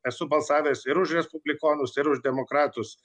esu balsavęs ir už respublikonus ir už demokratus